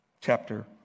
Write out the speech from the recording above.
chapter